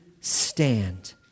stand